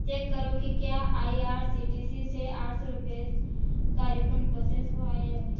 check करो कि क्या I R C T C से आठ सौ रुपये का रिफ़ंड प्रोसेस हुआ या नहीं